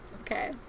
Okay